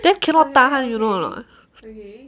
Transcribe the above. then cannot tahan you know or not